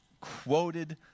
quoted